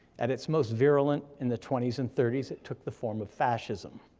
at it's most virulent in the twenty s and thirty s, it took the form of fascism.